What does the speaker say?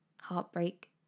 heartbreak